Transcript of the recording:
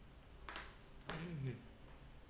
mmhmm